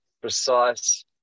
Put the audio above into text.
precise